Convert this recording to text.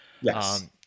Yes